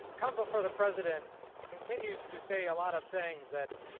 counsel for the president continues to say a lot of things that